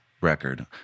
record